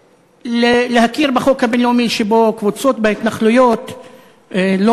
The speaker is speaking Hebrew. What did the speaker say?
ולהכיר בחוק הבין-לאומי שבו קבוצות בהתנחלויות לא